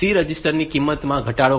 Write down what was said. તેથી આ C register ની કિંમતમાં ઘટાડો કરશે